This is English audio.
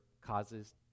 causes